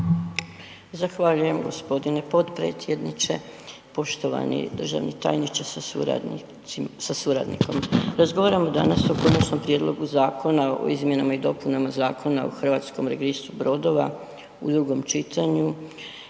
Zahvaljujem g. potpredsjedniče. Poštovani državni tajniče sa suradnikom. Razgovaramo danas o Konačnom prijedlogu Zakona o izmjenama i dopunama Zakona o Hrvatskom registru brodova u drugom čitanju